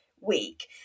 week